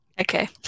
okay